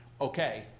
okay